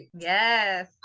Yes